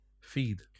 feed